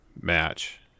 match